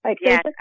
Yes